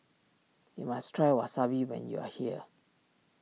you must try Wasabi when you are here